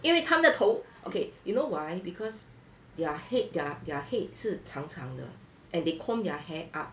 因为他们的头 okay you know why because their head their their head 是长长的 and they comb their hair up